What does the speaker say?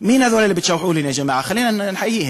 (אומר בערבית: מי החבר'ה האלה שמנפנפים לי?